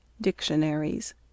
Dictionaries